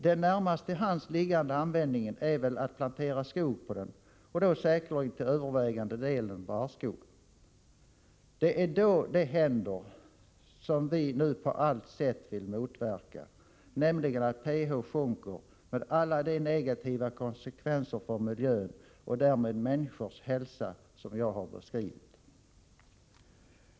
Den närmast till hands liggande användningen är väl att plantera skog på den och då säkerligen till övervägande delen barrskog. Det är då det händer som vi på allt sätt vill motverka, nämligen att pH-värdet sjunker, vilket får till följd alla de negativa konsekvenser för miljön och därmed människors hälsa som jag beskrivit.